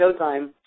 Showtime